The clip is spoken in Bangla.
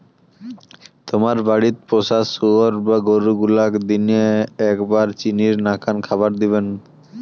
তোমার বাড়িত পোষা শুয়োর বা গরু গুলাক দিনে এ্যাকবার চিনির নাকান খাবার দিবেন